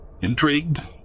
Intrigued